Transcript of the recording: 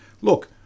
look